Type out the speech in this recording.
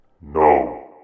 No